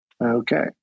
Okay